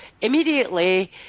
immediately